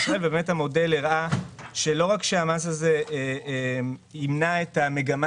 המודל הראה שלא רק שהמס הזה ימנע את המגמה